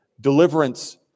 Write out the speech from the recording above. deliverance